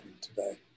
today